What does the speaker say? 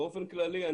באופן כללי,